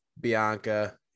Bianca